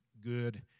good